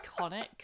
iconic